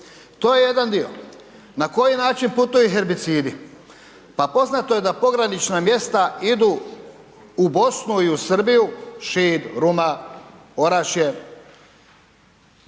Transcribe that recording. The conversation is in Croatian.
To je jedan dio. Na koji način putuju herbicidi? Pa poznato je da pogranična mjesta idu u Bosnu i Srbiju, Šid, Ruma, Orašje,